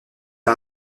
par